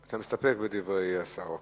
אתה מסתפק בדברי השר?